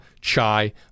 chai